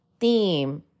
theme